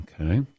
Okay